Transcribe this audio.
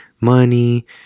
money